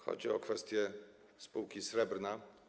Chodzi o kwestię spółki Srebrna.